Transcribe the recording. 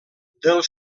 del